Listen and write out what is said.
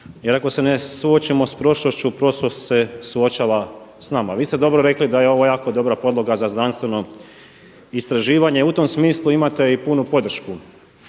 Jer ako se ne suočimo sa prošlošću prošlost se suočava sa nama. Vi ste dobro rekli da je ovo jako dobra podloga za znanstveno istraživanje. U tom smislu imate i punu podršku,